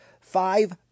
five